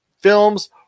films